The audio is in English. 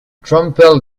trample